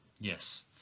Yes